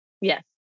Yes